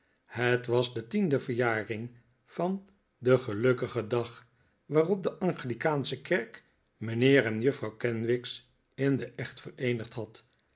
het was de tiende verjaring van den gelukkigen dag waarop de anglicaansche kerk mijnheer en juffrouw kenwigs in den echt vereenigd had